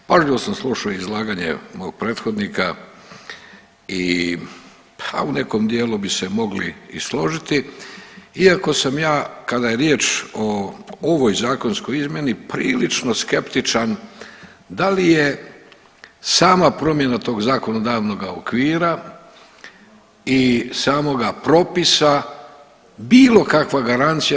Pažljivo sam slušao izlaganje mog prethodnika i ha u nekom dijelu bi se mogli i složiti iako sam ja kada je riječ o ovoj zakonskoj izmjeni prilično skeptičan da li je sama promjena tog zakonodavnoga okvira i samoga propisa bilo kakva garancija